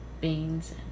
beans